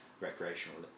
recreational